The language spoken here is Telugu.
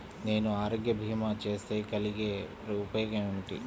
నేను ఆరోగ్య భీమా చేస్తే కలిగే ఉపయోగమేమిటీ?